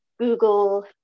google